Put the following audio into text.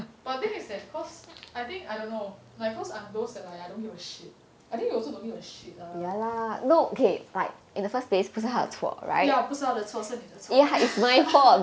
but the thing is that cause I think I don't know like cause I'm those that like I don't give a shit I think you also don't give a shit lah ya 不是他的错是你的错